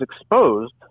exposed